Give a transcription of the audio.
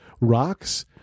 Rocks